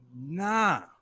Nah